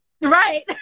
Right